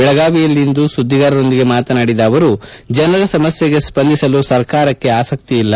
ಬೆಳಗಾವಿಯಲ್ಲಿಂದು ಸುದ್ದಿಗಾರರೊಂದಿಗೆ ಮಾತನಾಡಿದ ಅವರು ಜನರ ಸಮಸ್ಟೆಗೆ ಸ್ಪಂದಿಸಲು ಸರ್ಕಾರಕ್ಕೆ ಆಸಕ್ತಿಯಿಲ್ಲ